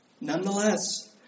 Nonetheless